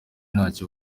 ntacyo